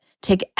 take